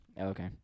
Okay